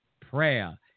prayer